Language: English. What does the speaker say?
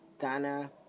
Ghana